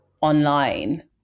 online